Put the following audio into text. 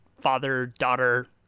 father-daughter